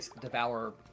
devour